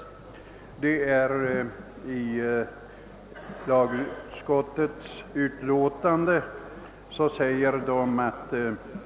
I sitt utlåtande nr 45 till 1967 års riksdag anförde andra lagutskottet, efter att ha påpekat att det i Propositionen i ärendet uppgivits att undersökningar pågick rörande konsekvenserna i skilda avseenden av ett för vuxenutbildningen särskilt utformat studiefinansieringssystem: